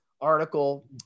article